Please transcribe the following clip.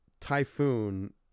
Typhoon